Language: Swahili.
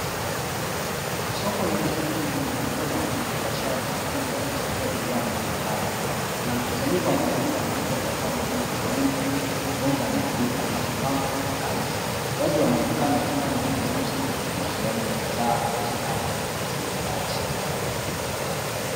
Soko lenye shughuli nyingi likiwa na wafanyabiashara na wateja wakichagua bidhaa mbalimbali kuna mkusanyiko wa matunda na mboga kama vile maembe, maboga na ndizi zilizopangwa kwenye ardhi. Watu wanaonekana wakifanya manunuzi na kuuziana bidhaa katika mazingira ya sokoni.